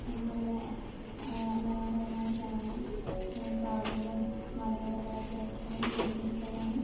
നല്ല മനോഹരമായ സ്ഥലമാണ് കാടുകളും മലനിരകളും ഒക്കെ ആയിട്ടുള്ള നല്ല അടിപൊളി സ്ഥലമാണ്